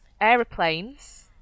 aeroplanes